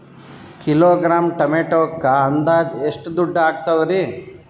Kilogram ಟೊಮೆಟೊಕ್ಕ ಅಂದಾಜ್ ಎಷ್ಟ ದುಡ್ಡ ಅಗತವರಿ?